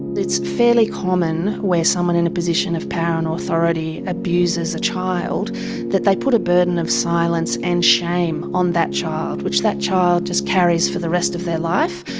it's fairly common where someone in a position of power and authority abuses a child that they put a burden of silence and shame on that child which that child just carries for the rest of their life.